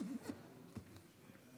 אדוני